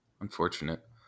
unfortunate